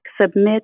submit